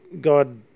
God